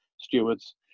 stewards